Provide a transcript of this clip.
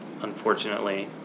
unfortunately